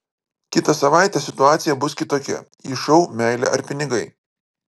kitą savaitę situacija bus kitokia į šou meilė ar pinigai